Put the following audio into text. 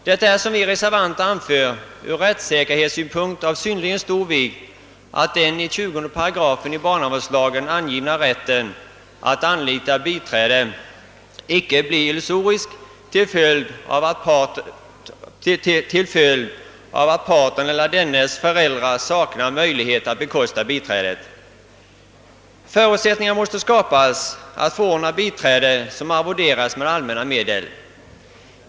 Det är, som motionärerna anför, ur rättssäkerhetssynpunkt av synnerligen stor vikt att den i barnavårdslagens 20 § givna rätten att anlita biträde inte blir illusorisk till följd av att parten eller dennes föräld rar saknar möjlighet att täcka kostnaden för biträdet. Förutsättningar måste skapas att förordna biträde som arvoderas med allmänna medel.